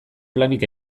planik